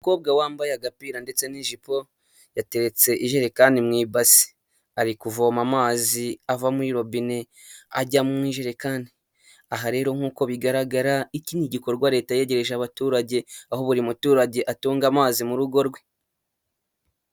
Umukobwa wambaye agapira ndetse n'ijipo, yateretse ijerekani mu ibasi. Ari kuvoma amazi ava muri robine ajya mu ijerekani. Aha rero nkuko bigaragara iki ni igikorwa leta yegereje abaturage, aho buri muturage atunga amazi mu rugo rwe.